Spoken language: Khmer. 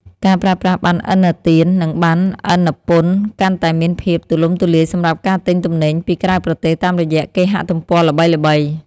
ការប្រើប្រាស់ប័ណ្ណឥណទាន និងប័ណ្ណឥណពន្ធកាន់តែមានភាពទូលំទូលាយសម្រាប់ការទិញទំនិញពីក្រៅប្រទេសតាមរយៈគេហទំព័រល្បីៗ។